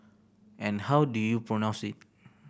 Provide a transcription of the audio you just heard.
and how do you pronounce it